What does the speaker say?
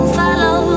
follow